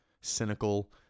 cynical